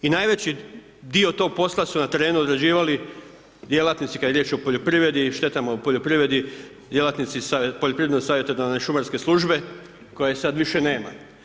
I najveći dio tog posla su na terenu odrađivali djelatnici kad je riječ o poljoprivredi i štetama u poljoprivredi, djelatnici Poljoprivredno-savjetodavne šumarske službe koje sad više nema.